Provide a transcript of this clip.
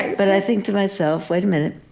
but i think to myself, wait a minute.